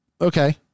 Okay